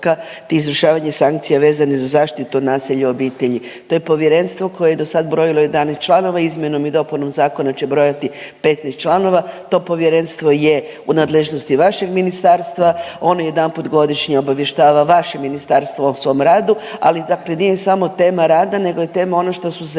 te izvršavanje sankcija vezano za zaštitu od nasilja u obitelji. To je povjerenstvo koje je dosad brojilo 11 članova, izmjenom i dopunom zakona će brojati 15 članova. To povjerenstvo je u nadležnosti vašeg ministarstva, ono jedanput godišnje obavještava vaše ministarstvo o svom radu, ali nije samo tema rada nego je tema ono što su se,